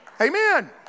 Amen